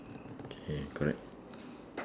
okay correct